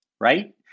right